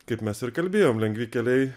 kaip mes ir kalbėjom lengvi keliai